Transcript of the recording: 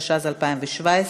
התשע"ז 2017,